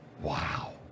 Wow